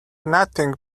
nothing